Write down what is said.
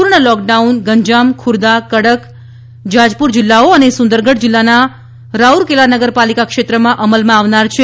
પૂર્ણ લૉકડાઉન ગંજામ ખુર્દા કડક જાજપુર જિલ્લાઓ અને સુંદરગઢ જિલ્લાના રાઉરકેલા નગરપાલિકા ક્ષેત્રમાં અમલમાં આવનાર છે